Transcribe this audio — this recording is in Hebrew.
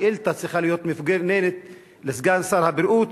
השאילתא צריכה להיות לסגן שר הבריאות,